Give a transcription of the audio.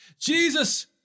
Jesus